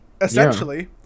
Essentially